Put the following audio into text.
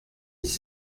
dix